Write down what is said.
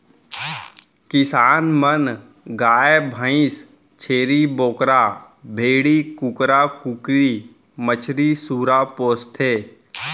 किसान मन गाय भईंस, छेरी बोकरा, भेड़ी, कुकरा कुकरी, मछरी, सूरा पोसथें